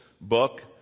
book